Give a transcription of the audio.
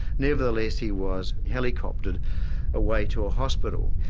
nevertheless he was helicoptered away to a hospital.